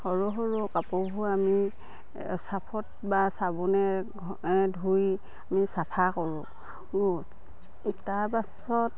সৰু সৰু কাপোৰবোৰ আমি চাৰ্ফত বা চাবোনে ধুই আমি চাফা কৰোঁ তাৰ পাছত